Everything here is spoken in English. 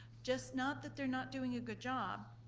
just, not that they're not doing a good job.